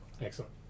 Excellent